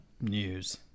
news